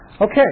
Okay